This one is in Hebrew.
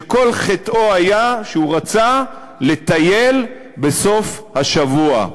שכל חטאו היה שהוא רצה לטייל בסוף השבוע.